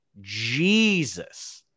Jesus